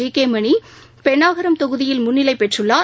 G K Mani Pennagaram தொகுதியில் முன்னிலை பெற்றுள்ளார்